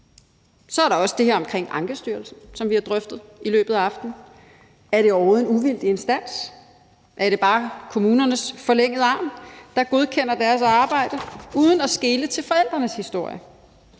Så er der også det her omkring Ankestyrelsen, som vi har drøftet i løbet af aftenen. Er det overhovedet en uvildig instans? Er det bare kommunernes forlængede arm, der godkender deres arbejde uden at skele til forældrenes historie?